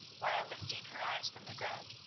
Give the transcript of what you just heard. while, lifting her eyes from the ground,